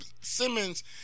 Simmons